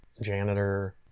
janitor